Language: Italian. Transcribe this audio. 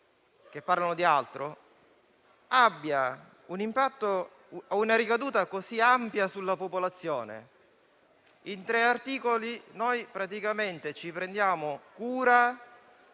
che parlano di altro) abbia una ricaduta così ampia sulla popolazione. In tre articoli praticamente ci prendiamo cura